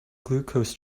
glucose